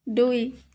দুই